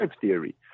theory